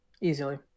easily